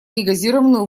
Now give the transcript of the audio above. негазированную